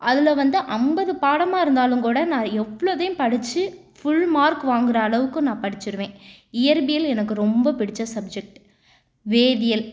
அதில் வந்து ஐம்பது பாடமாக இருந்தாலும் கூட நான் எவ்வளோதையும் படித்து ஃபுல் மார்க் வாங்கிற அளவுக்கு நான் படிச்சிருவேன் இயற்பியல் எனக்கு ரொம்ப பிடிச்ச சப்ஜெக்ட் வேதியியல்